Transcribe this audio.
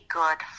good